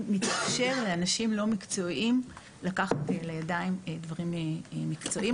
מתאפשר לאנשים לא מקצועיים לקחת לידיים דברים מקצועיים.